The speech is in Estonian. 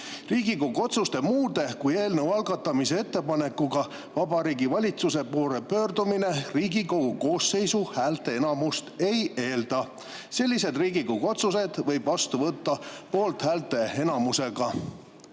Riigikogu otsuste muude kui eelnõu algatamise ettepanekutega Vabariigi Valitsuse poole pöördumine Riigikogu koosseisu häälteenamust ei eelda. Sellised Riigikogu otsused võib vastu võtta poolthäälteenamusega.